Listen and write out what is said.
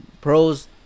pros